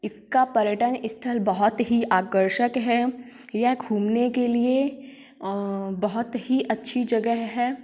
इसका पर्यटन स्थल बहुत ही आकर्षक है यह घूमने के लिए बहुत ही अच्छी जगह है